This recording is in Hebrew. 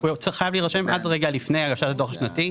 הוא חייב להירשם עד רגע לפני הגשת הדוח השנתי.